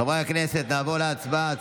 חברי הכנסת, נעבור להצבעה.